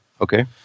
Okay